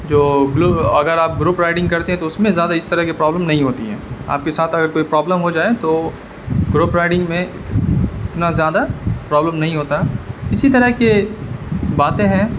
جو گلو اگر آپ گروپ رائیڈنگ کرتے ہیں تو اس میں زیادہ اس طرح کی پروبلم نہیں ہوتی ہیں آپ کے ساتھ اگر کوئی پروبلم ہو جائے تو گروپ رائیڈنگ میں اتنا زیادہ پروبلم نہیں ہوتا ہے اسی طرح کے باتیں ہیں